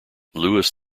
lewis